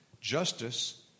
justice